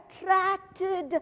attracted